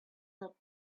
not